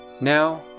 Now